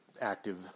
active